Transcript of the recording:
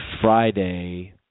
Friday